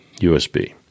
USB